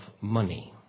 money